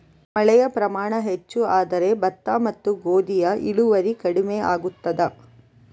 ಮಳೆಯ ಪ್ರಮಾಣ ಹೆಚ್ಚು ಆದರೆ ಭತ್ತ ಮತ್ತು ಗೋಧಿಯ ಇಳುವರಿ ಕಡಿಮೆ ಆಗುತ್ತದಾ?